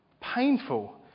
painful